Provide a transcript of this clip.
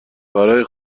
برای